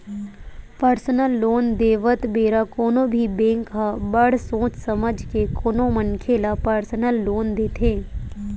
personal loan देवत बेरा कोनो भी बेंक ह बड़ सोच समझ के कोनो मनखे ल परसनल लोन देथे